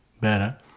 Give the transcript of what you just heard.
better